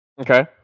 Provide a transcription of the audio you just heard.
Okay